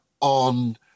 on